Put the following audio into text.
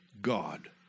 God